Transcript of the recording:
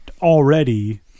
already